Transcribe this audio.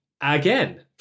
again